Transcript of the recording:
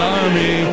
army